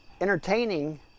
entertaining